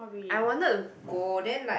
I wanted to go then like